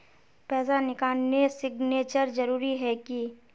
पैसा निकालने सिग्नेचर जरुरी है की?